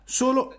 solo